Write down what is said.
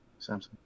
Samsung